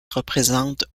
représentent